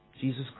Jesus